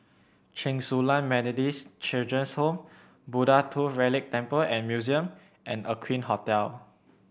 Chen Su Lan Methodist Children's Home Buddha Tooth Relic Temple and Museum and Aqueen Hotel